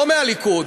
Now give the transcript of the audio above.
לא מהליכוד,